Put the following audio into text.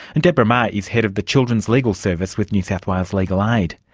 and deborah maher is head of the children's legal service with new south wales legal aid.